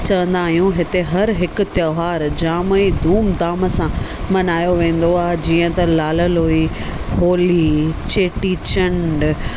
चवंदा आहियूं हिते हर हिकु त्योहारु जाम ई धूम धाम सां मनायो वेंदो आहे जीअं त लाल लोई होली चेटी चंडु